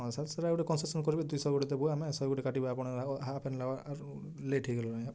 ହଁ ସାର୍ ଆଉ ଟିକେ କନସେସନ୍ କରିବେ ଦୁଇଶହ ଗୋଟେ ଦେବୁ ଆମେ ସହେ ଗୋଟେ କାଟିବେ ଆପଣ ହାଫ୍ ଲେଟ୍ ହେଇଗଲାଣି ଆପଣ ସେଥିପାଇଁ